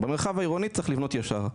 במרחב העירוני צריך לבנות ישר.